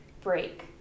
break